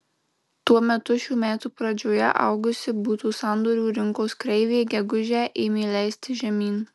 tuo metu šių metų pradžioje augusi butų sandorių rinkos kreivė gegužę ėmė leistis žemyn